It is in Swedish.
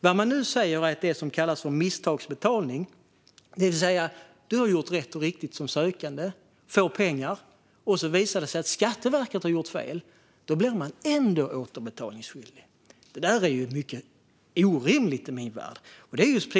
Vad man nu säger är att den sökande vid det som kallas misstagsbetalning, det vill säga att då den sökande gjort rätt och fått pengar och det sedan visar sig att Skatteverket har gjort fel, blir återbetalningsskyldig. Det är helt orimligt i min värld.